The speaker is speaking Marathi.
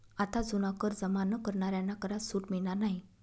आता जुना कर जमा न करणाऱ्यांना करात सूट मिळणार नाही